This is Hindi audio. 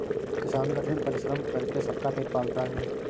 किसान कठिन परिश्रम करके सबका पेट पालता है